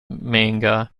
manga